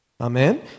Amen